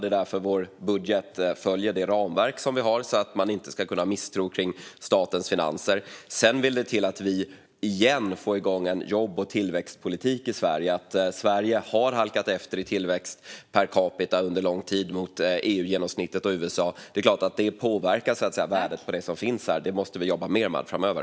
Det är därför vår budget följer det ramverk vi har, så att man inte ska misstro statens finanser. Sedan vill det till att vi åter får igång en jobb och tillväxtpolitik i Sverige. Att Sverige har halkat efter i tillväxt per capita under lång tid jämfört med genomsnittet i EU och USA påverkar såklart värdet på det som finns här. Detta måste vi jobba mer med framöver.